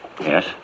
Yes